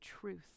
truth